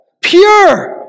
Pure